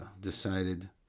decided